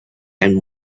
and